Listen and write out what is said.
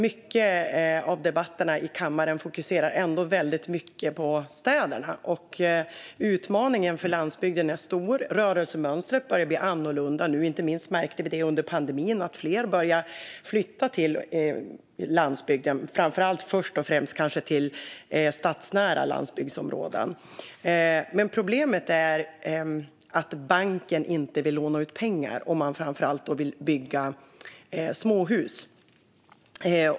Mycket av debatterna i kammaren fokuserar ändå väldigt mycket på städerna. Utmaningen för landsbygden är stor. Rörelsemönstret börjar nu bli annorlunda. Inte minst märkte vi under pandemin att fler börjar flytta till landsbygden och kanske först och främst till stadsnära landsbygdsområden. Problemet är att banken inte vill låna ut pengar om man framför allt vill bygga småhus.